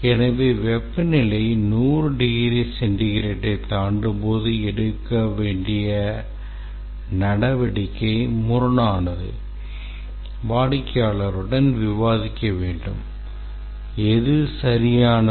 எனவே வெப்பநிலை 100 டிகிரி சென்டிகிரேட்டை தாண்டும்போது எடுக்க வேண்டிய நடவடிக்கை முரணானது வாடிக்கையாளருடன் விவாதிக்க வேண்டும் எது சரியானது